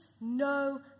no